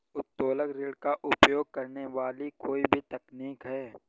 उत्तोलन ऋण का उपयोग करने वाली कोई भी तकनीक है